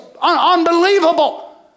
unbelievable